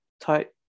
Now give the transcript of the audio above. type